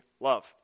love